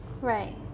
Right